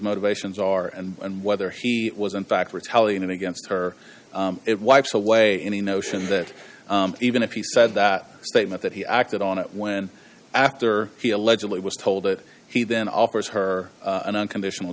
motivations are and whether he was in fact retaliate against her it wipes away any notion that even if he said that statement that he acted on it when after he allegedly was told it he then offers her an unconditional